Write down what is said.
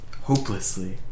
Hopelessly